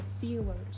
feelers